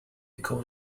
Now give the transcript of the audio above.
core